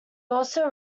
also